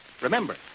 Remember